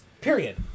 period